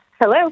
Hello